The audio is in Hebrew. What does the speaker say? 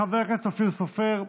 חבר הכנסת אופיר סופר,